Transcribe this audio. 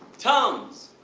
tums!